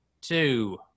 two